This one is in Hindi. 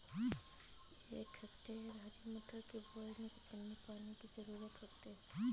एक हेक्टेयर हरी मटर की बुवाई में कितनी पानी की ज़रुरत होती है?